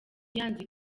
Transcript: yanzika